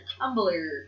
Tumblr